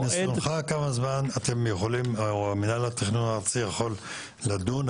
מניסיונך, כמה זמן מנהל התכנון הארצי יכול לדון?